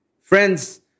Friends